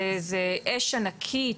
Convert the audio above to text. זה אש ענקית,